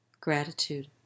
Gratitude